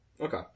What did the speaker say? Okay